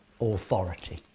authority